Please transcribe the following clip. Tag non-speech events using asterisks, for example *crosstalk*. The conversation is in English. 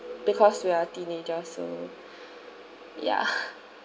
because we are teenagers so *breath* ya *laughs*